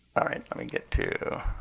all right. let me get to